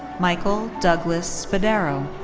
michael douglas spadaro.